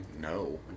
No